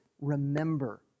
remember